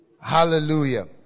hallelujah